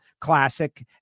classic